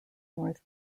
north